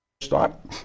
Stop